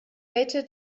better